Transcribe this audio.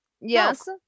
Yes